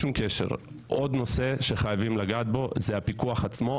עוד נושא שחייבים לגעת בו זה הפיקוח עצמו,